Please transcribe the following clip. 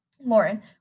Lauren